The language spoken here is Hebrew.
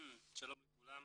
שלום לכולם.